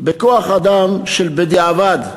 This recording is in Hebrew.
בכוח-אדם של בדיעבד,